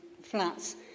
flats